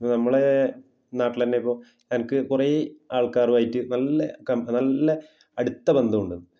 നമ്മളെ നാട്ടിലെ തന്നെ ഇപ്പോൾ എനിക്ക് കുറെ ആൾക്കാറുമായിട്ട് നല്ല നല്ല അടുത്ത ബന്ധമുണ്ട്